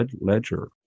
ledger